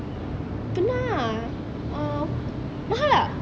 pernah ah um mahal tak